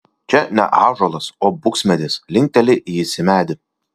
čia ne ąžuolas o buksmedis linkteli jis į medį